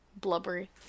Blubbery